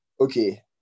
okay